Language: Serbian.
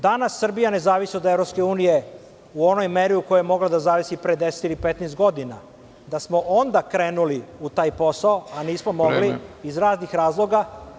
Danas Srbija ne zavisi od EU u onoj meri u kojoj je mogla da zavisi pre 10 ili 15 godina, da smo onda krenuli u taj posao, a nismo mogli iz raznih razloga.